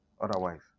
otherwise